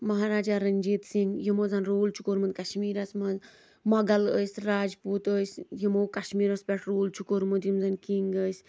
مہاراجا رٔنجیٖت سِنٛگھ یِمو زَن روٗل چھُ کوٚرمُت کَشمیٖرَس منٛز مۄغَل ٲسۍ راجپوٗت ٲسۍ یِمو کَشمیٖرَس پٮ۪ٹھ روٗل چھُ کوٚرمُت یِم زَن کِنٛگ ٲسۍ